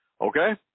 Okay